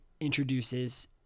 introduces